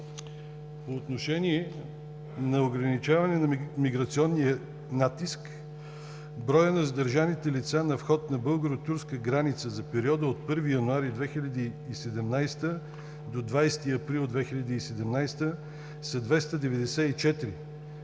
По отношение на ограничаване на миграционния натиск броят на задържаните лица на входа на българо-турската граница за периода от първи януари 2017 г. до 20 април 2017 г. са 294.